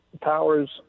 powers